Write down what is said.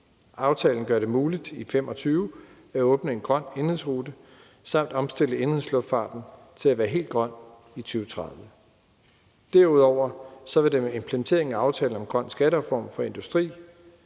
Aftalen gør det muligt i 2025 at åbne en grøn indenrigsrute og omstille indenrigsluftfarten til at være helt grøn i 2030. Derudover vil der med implementeringen af aftalen om en grøn skattereform for industrien,